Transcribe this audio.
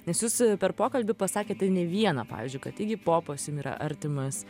nes jūs per pokalbį pasakėte ne vieną pavyzdžiui kad igi popas jum yra artimas